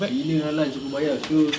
dinner dengan lunch aku bayar [siol]